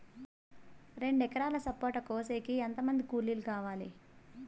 రెండు ఎకరాలు సపోట కోసేకి ఎంత మంది కూలీలు కావాలి?